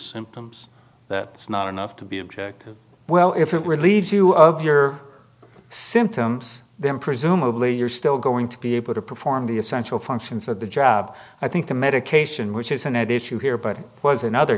symptoms that's not enough to be objective well if it relieves you of your symptoms then presumably you're still going to be able to perform the essential functions of the job i think the medication which isn't it is true here but it was in other